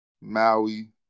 Maui